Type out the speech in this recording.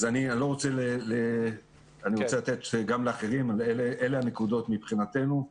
אלה הנקודות מבחינתנו.